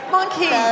Monkey